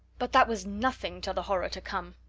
but that was nothing to the horror to come.